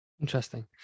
Interesting